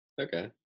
okay